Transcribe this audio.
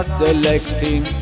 selecting